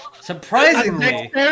Surprisingly